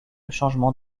changement